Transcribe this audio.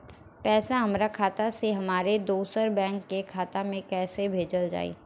पैसा हमरा खाता से हमारे दोसर बैंक के खाता मे कैसे भेजल जायी?